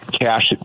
cash